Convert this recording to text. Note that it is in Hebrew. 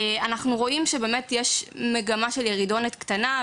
אנחנו רואים שיש מגמה של ירידה קטנה,